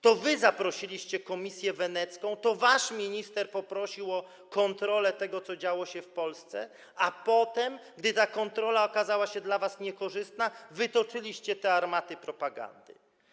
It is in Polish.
To wy zaprosiliście Komisję Wenecką, to wasz minister poprosił o kontrolę tego, co działo się w Polsce, a potem, gdy wynik tej kontroli okazał się dla was niekorzystny, wytoczyliście te armaty propagandy.